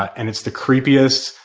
and it's the creepiest,